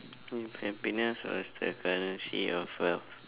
if happiness was the currency of a